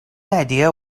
idea